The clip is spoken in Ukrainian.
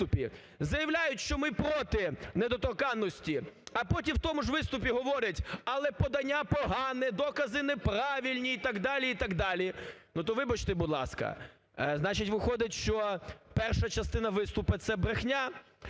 заявляють, що ми проти недоторканності, а потім – в тому ж виступі говорять, але подання погане, докази неправильні і так далі, і так далі. Ну то, вибачте, будь ласка, значить, що перша частина виступу – це брехня.